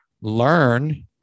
learn